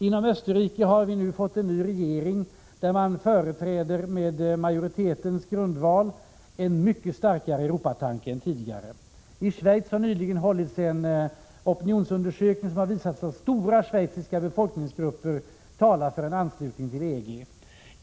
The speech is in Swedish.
I Österrike har man fått en ny regering som företräder, med majoritetens grundval, en mycket starkare Europatanke än tidigare. I Schweiz har man nyligen gjort en opinionsundersökning som har visat att stora schweiziska befolkningsgrupper talar för en anslutning till EG.